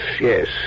yes